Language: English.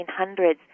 1800s